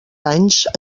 anys